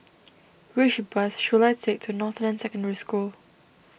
which bus should I take to Northland Secondary School